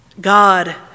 God